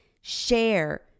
share